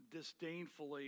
disdainfully